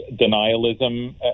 denialism